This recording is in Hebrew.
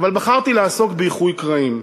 אבל בחרתי לעסוק באיחוי קרעים.